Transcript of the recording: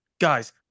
Guys